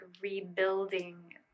rebuilding